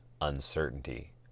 Uncertainty